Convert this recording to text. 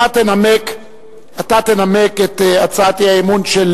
אתה תנמק את הצעת אי-האמון של